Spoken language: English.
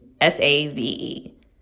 S-A-V-E